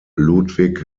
ludwig